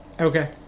Okay